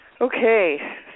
Okay